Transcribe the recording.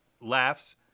laughs